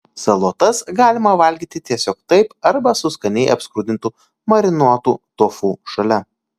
salotas galima valgyti tiesiog taip arba su skaniai apskrudintu marinuotu tofu šalia